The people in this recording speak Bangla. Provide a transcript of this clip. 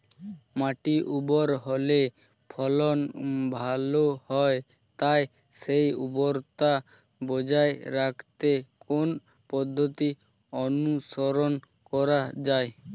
মাটি উর্বর হলে ফলন ভালো হয় তাই সেই উর্বরতা বজায় রাখতে কোন পদ্ধতি অনুসরণ করা যায়?